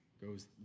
goes